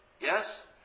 Yes